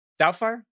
Doubtfire